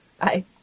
Bye